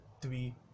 three